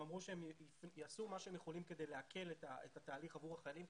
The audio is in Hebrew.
הם אמרו שהם יעשו מה שהם יכולים כדי להקל את התהליך עבור החיילים,